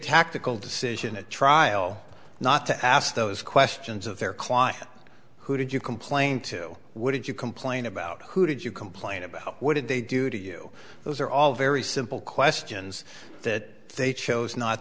tactical decision at trial not to ask those questions of their client who did you complain to what did you complain about who did you complain about what did they do to you those are all very simple questions that they chose not